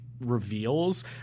reveals